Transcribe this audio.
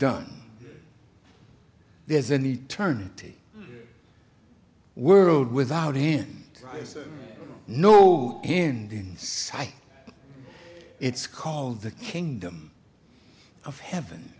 done there's an eternity world without him no end in sight it's called the kingdom of heaven